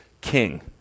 king